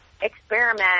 experiment